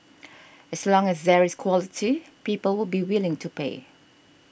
as long as there is quality people would be willing to pay